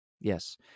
Yes